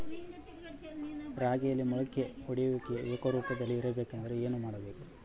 ರಾಗಿಯಲ್ಲಿ ಮೊಳಕೆ ಒಡೆಯುವಿಕೆ ಏಕರೂಪದಲ್ಲಿ ಇರಬೇಕೆಂದರೆ ಏನು ಮಾಡಬೇಕು?